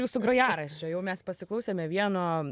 jūsų grojaraščio jau mes pasiklausėme vieno